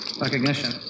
recognition